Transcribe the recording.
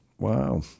Wow